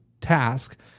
task